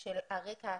של הרקע ההשכלתי.